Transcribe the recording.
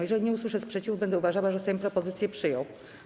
Jeżeli nie usłyszę sprzeciwu, będę uważała, że Sejm propozycję przyjął.